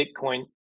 Bitcoin